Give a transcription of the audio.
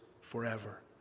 forever